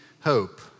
hope